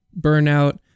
burnout